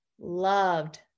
loved